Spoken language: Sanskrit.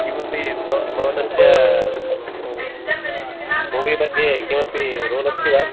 किमपि भव भवतस्य मूवी मध्ये किमपि रोल् अस्ति वा